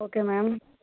okay ma'am